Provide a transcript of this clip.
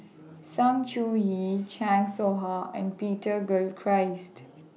Sng Choon Yee Chan Soh Ha and Peter Gilchrist